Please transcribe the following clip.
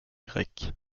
grec